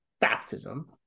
baptism